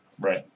Right